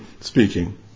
speaking